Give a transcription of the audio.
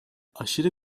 aşırı